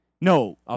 No